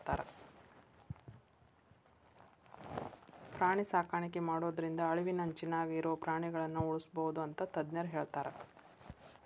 ಪ್ರಾಣಿ ಸಾಕಾಣಿಕೆ ಮಾಡೋದ್ರಿಂದ ಅಳಿವಿನಂಚಿನ್ಯಾಗ ಇರೋ ಪ್ರಾಣಿಗಳನ್ನ ಉಳ್ಸ್ಬೋದು ಅಂತ ತಜ್ಞರ ಹೇಳ್ತಾರ